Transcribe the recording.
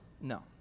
No